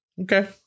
okay